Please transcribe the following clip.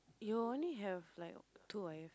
you only have like two I have